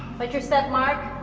but your step, mark.